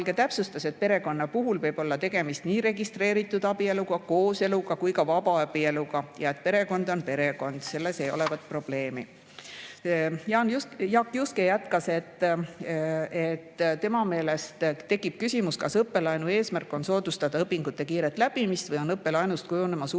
täpsustas, et perekonna puhul võib olla tegemist nii registreeritud abieluga, kooseluga kui ka vabaabieluga. Perekond on perekond, tema selles probleemi ei näe. Jaak Juske jätkas, et tema meelest tekib küsimus, kas õppelaenu eesmärk on soodustada õpingute kiiret läbimist või on õppelaenust kujunemas uus